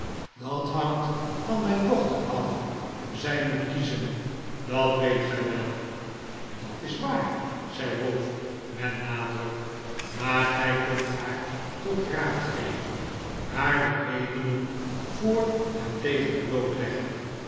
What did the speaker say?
dat hangt van mijn dochter af zij moet kiezen dat weet gij wel dat is waar zei ralph met nadruk maar gij kunt haar toch raadgeven haar de redenen voor en tegen blootleggen